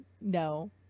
No